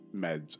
meds